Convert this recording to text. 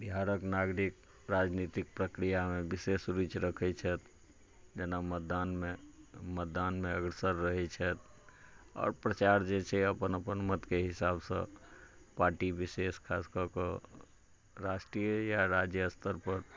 बिहारक नागरिक राजनीतिक प्रक्रियामे विशेष रुचि रखैत छथि जेना मतदानमे मतदानमे अग्रसर रहैत छथि आओर प्रचार जे छै अपन अपन मतके हिसाबसँ पार्टी विशेष खास कऽ कऽ राष्ट्रीय या राज्य स्तरपर